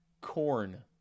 corn